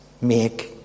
make